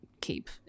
keep